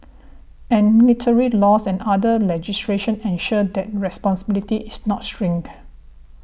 and military laws and other legislation ensure that responsibility is not shirked